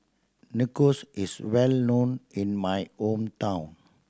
nachos is well known in my hometown